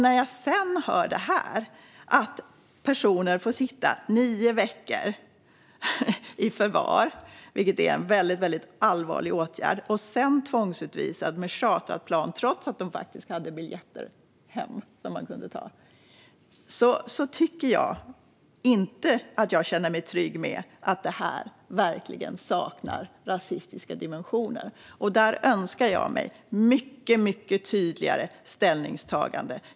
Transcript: När jag sedan hör detta, att personer får sitta nio veckor i förvar, vilket är en väldigt allvarlig åtgärd, och sedan tvångsutvisas med chartrat plan trots att de faktiskt hade biljetter hem, känner jag mig inte trygg med att detta verkligen saknar rasistiska dimensioner. Jag önskar mig ett mycket tydligare ställningstagande.